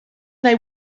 they